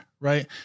Right